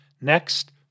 Next